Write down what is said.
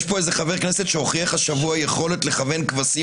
יש פה חבר כנסת שהוכיח השבוע יכולת לכוון כבשים,